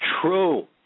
true